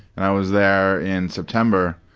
and i was there in september,